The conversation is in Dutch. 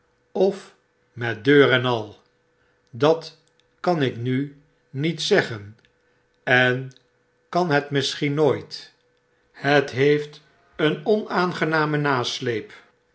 of met deur en al dat kan ik nu niet zeggen en kan het misschien nooit het heeft een onaangename nasleep